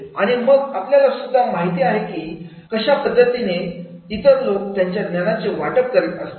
आणि मग आपल्याला सुद्धा माहिती आहे केक कशा पद्धतीने इतर लोक त्यांच्या ज्ञानाचे वाटप करीत असतात